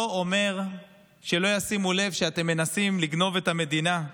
לא אומרת שלא ישימו לב שאתם מנסים לגנוב את המדינה,